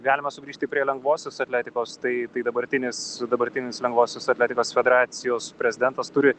galime sugrįžti prie lengvosios atletikos tai tai dabartinis dabartinis lengvosios atletikos federacijos prezidentas turi